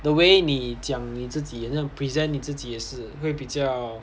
the way 你讲你自己很像 present 你自己也是会比较